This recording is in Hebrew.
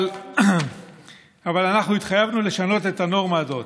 אבל אנחנו התחייבנו לשנות את הנורמה הזאת.